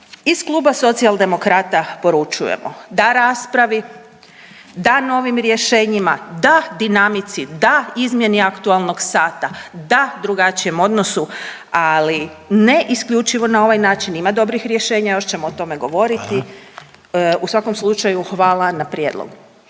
iz kluba Socijaldemokrata poručujemo da raspravi, da novim rješenjima, da dinamici, da izmjeni aktualnog sata, da drugačijem odnosu ali ne isključivo na ovaj način. Ima dobrih rješenja, …/Upadica Reiner: Hvala./… još ćemo o tome govoriti. U svakom slučaju, hvala na prijedlogu.